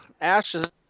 Ashes